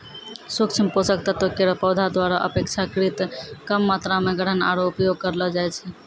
सूक्ष्म पोषक तत्व केरो पौधा द्वारा अपेक्षाकृत कम मात्रा म ग्रहण आरु उपयोग करलो जाय छै